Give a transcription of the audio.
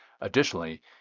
Additionally